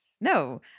No